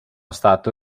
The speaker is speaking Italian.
stato